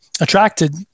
attracted